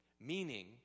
Meaning